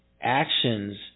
actions